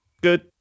good